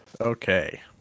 Okay